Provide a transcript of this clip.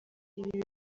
ibi